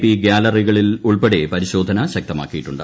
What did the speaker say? P ഗൃാലറികളിലുൾപ്പെടെ പരിശോധന ശക്തമാക്കിയിട്ടുണ്ട്